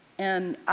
and,